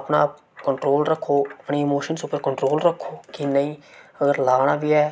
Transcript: अपना कंट्रोल रक्खो अपनी इमोशन्स उप्पर कंट्रोल रक्खो कि नेईं अगर लाना बी ऐ